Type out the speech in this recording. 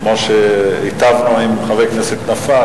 כמו שהיטבנו עם חבר הכנסת נפאע,